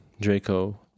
Draco